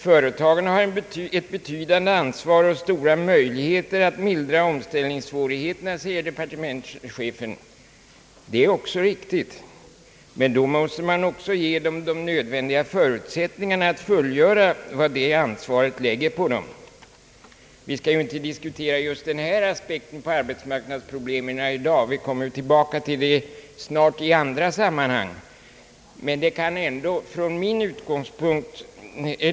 »Företagen har ett betydande ansvar och stora möjligheter att mildra omställningssvårigheter», säger departementschefen vidare. Det är också riktigt. Men då måste man ge dem de nödvändiga förutsättningarna för att efterkomma vad det ansvaret innebär. Vi skall ju inte diskutera den här aspekten på arbetsmarknadsproblemen här i dag, vi kommer tillbaka till det i andra sammanhang.